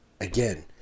Again